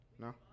No